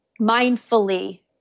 Mindfully